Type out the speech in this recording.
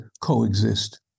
coexist